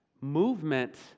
Movement